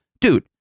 dude